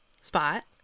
spot